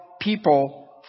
people